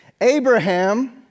Abraham